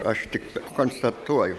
aš tik konstatuoju